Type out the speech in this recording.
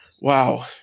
wow